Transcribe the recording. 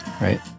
right